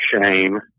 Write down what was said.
shame